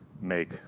make